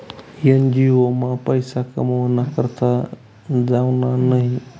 NGO मा पैसा कमावाना करता जावानं न्हयी